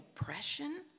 oppression